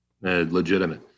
Legitimate